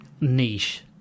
niche